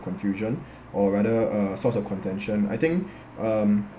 confusion or rather uh source of contention I think um